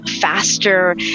faster